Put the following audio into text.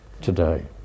today